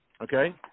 Okay